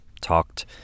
talked